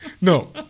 no